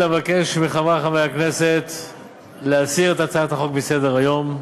אבקש מחברי חברי הכנסת להסיר את הצעת החוק מסדר-היום.